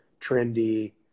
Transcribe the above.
trendy